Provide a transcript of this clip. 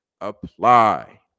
apply